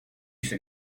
c’est